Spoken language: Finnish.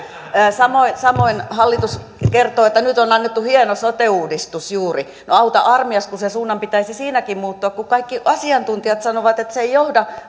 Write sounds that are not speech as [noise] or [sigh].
ja samoin hallitus kertoo että nyt on juuri annettu hieno sote uudistus no auta armias sen suunnan pitäisi siinäkin muuttua kun kaikki asiantuntijat sanovat että nämä hallituksen mainiot mallit eivät johda [unintelligible]